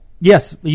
Yes